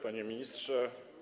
Panie Ministrze!